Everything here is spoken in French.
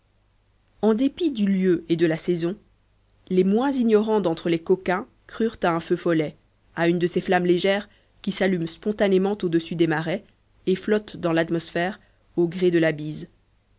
en dépit du lieu et de la saison les moins ignorants d'entre les coquins crurent à un feu follet à une de ces flammes légères qui s'allument spontanément au-dessus des marais et flottent dans l'atmosphère au gré de la brise